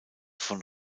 von